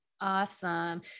Awesome